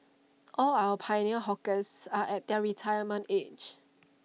all our pioneer hawkers are at their retirement age